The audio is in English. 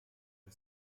the